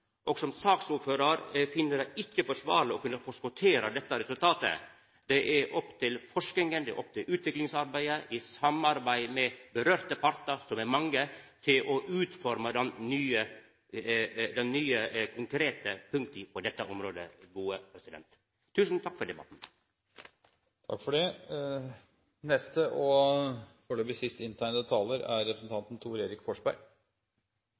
Som saksordførar finn eg det ikkje forsvarleg å kunna forskottera dette resultatet. Det er opp til forskinga, utviklingsarbeidet, i samarbeid med dei partane det gjeld, som er mange, å utforma dei nye, konkrete punkta på dette området. Tusen takk for debatten! Utdanningen av våre velferdsarbeidere er med på å danne grunnlaget for